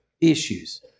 issues